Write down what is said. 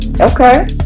Okay